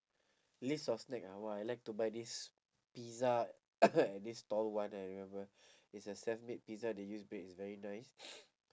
list of snack ah !wah! I like to buy this pizza at this stall one I remember it's a self made pizza they use bread is very nice